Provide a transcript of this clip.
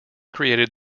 created